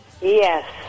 yes